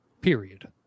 period